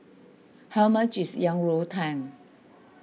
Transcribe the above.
how much is Yang Rou Tang